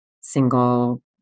single